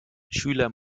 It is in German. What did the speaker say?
schüler